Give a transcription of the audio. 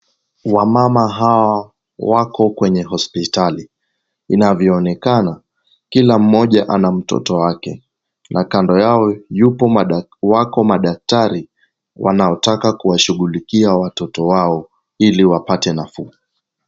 Wamama hawa wako kwenye hospitali. Inavyoonekana, kila mmoja ana mtoto wake na kando yao ,wako madaktari wanaotaka kuwashughulikia watoto wao ili wapate nafuu.